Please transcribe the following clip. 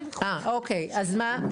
אה, אוקיי, אז מה?